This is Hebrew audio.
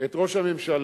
את ראש הממשלה,